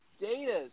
Data's